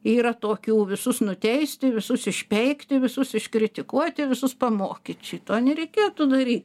yra tokių visus nuteisti visus išpeikti visus iškritikuoti visus pamokyt šito nereikėtų daryt